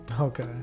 Okay